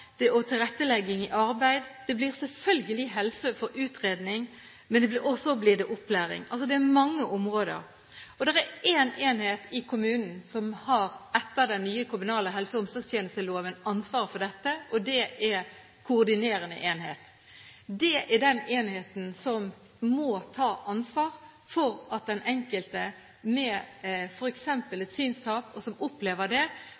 Nav og tilrettelegging i arbeid, det blir selvfølgelig helse, det å få utredning, og så blir det opplæring – det er mange områder. Det er én enhet i kommunen som etter den nye kommunale helse- og omsorgstjenesteloven har ansvar for dette, og det er koordinerende enhet. Det er den enheten som må ta ansvar for at den enkelte som opplever f.eks. et synstap, får den hjelpen man trenger fra de ulike instansene. Det